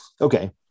okay